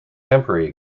temporary